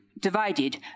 divided